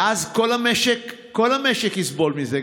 ואז כל המשק יסבול מזה,